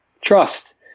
trust